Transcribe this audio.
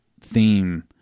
theme